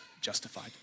justified